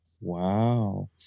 Wow